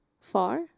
far